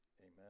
Amen